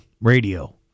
radio